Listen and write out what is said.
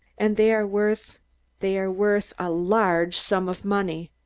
and they are worth they are worth a large sum of money.